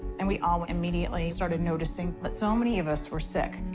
and we all immediately started noticing that so many of us were sick.